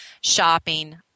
shopping